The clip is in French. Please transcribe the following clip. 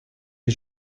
les